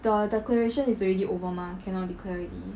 the declaration is already over mah cannot declare already